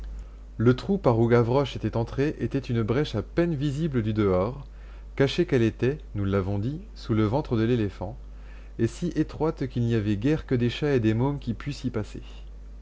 le trou par où gavroche était entré était une brèche à peine visible du dehors cachée qu'elle était nous l'avons dit sous le ventre de l'éléphant et si étroite qu'il n'y avait guère que des chats et des mômes qui pussent y passer